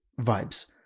vibes